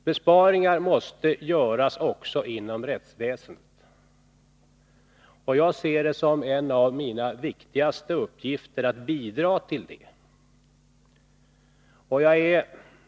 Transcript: Besparingar måste göras också inom rättsväsendet. Och jag ser det som en av mina viktigaste uppgifter att bidra till det.